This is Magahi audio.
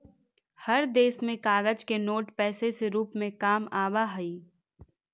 हर देश में कागज के नोट पैसे से रूप में काम आवा हई